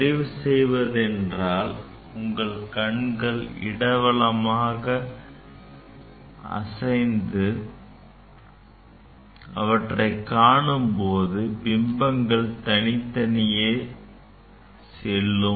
சரி செய்வதென்றால் உங்கள் கண்களை இடவலமாக அசைத்து இவற்றை காணும்போது பிம்பங்கள் தனித்தனியாக செல்லும்